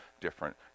different